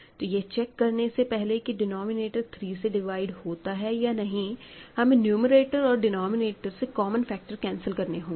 तो यह चेक करने से पहले कि डिनोमिनेटर 3 से डिवाइड होता है या नहीं हमें नुमेरटर और डिनोमिनेटर से कॉमन फैक्टर कैंसिल करने होंगे